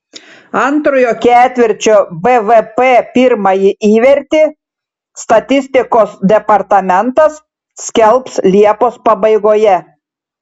antrojo ketvirčio bvp pirmąjį įvertį statistikos departamentas skelbs liepos pabaigoje